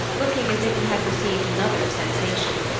looking as if he had received another sensation.